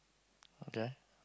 okay